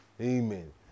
Amen